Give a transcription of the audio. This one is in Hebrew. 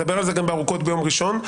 נדבר על זה ארוכות ביום ראשון.